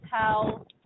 tell